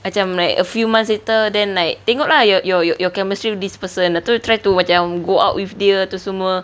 macam like a few months later then like tengok ah your your chemistry with this person lepas tu try to macam go out with dia tu semua